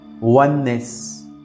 Oneness